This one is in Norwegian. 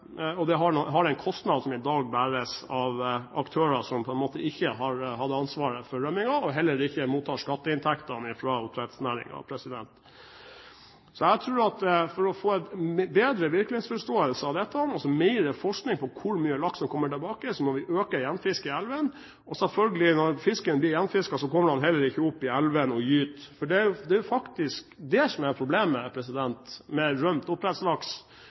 har en kostnad som i dag bæres av aktører som på en måte ikke har hatt ansvaret for rømmingen, og som heller ikke mottar skatteinntektene fra oppdrettsnæringen. Så jeg tror at for å få en bedre virkelighetsforståelse av dette, altså mer forskning på hvor mye laks som kommer tilbake, må vi øke gjenfisket i elven. Og, selvfølgelig, når fisken blir gjenfisket, kommer den heller ikke opp i elven og gyter. For problemet med rømt oppdrettslaks, sett fra et biologisk perspektiv, er jo faktisk